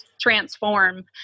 transform